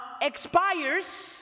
expires